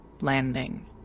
landing